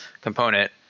component